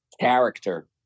character